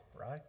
right